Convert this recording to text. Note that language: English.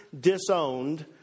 disowned